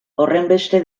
horrenbeste